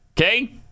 okay